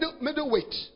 middleweight